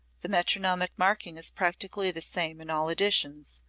the metronomic marking is practically the same in all editions,